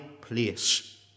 place